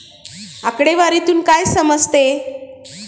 आकडेवारीतून काय समजते?